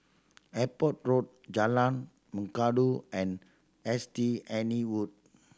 Airport Road Jalan Mengkudu and S T Anne Wood